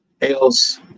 Else